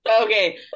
Okay